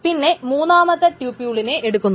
പിന്നെ മൂന്നാമത്തെ ട്യൂപ്യൂളിനെ എടുക്കുന്നു